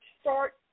start